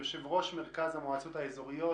יושב-ראש מרכז המועצות האזוריות